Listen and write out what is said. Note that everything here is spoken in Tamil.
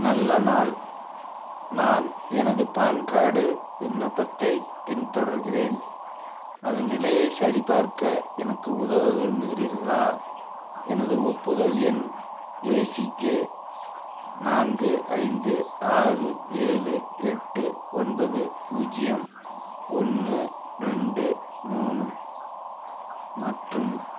நல்ல நாள் நான் எனது பான் கார்டு விண்ணப்பத்தைப் பின்தொடர்கிறேன் அதன் நிலையை சரிபார்க்க எனக்கு உதவ விரும்புகிறீர்களா எனது ஒப்புதல் எண் ஏசிகே நான்கு ஐந்து ஆறு ஏழு எட்டு ஒன்பது பூஜ்ஜியம் ஒன்று ரெண்டு மூணு மற்றும்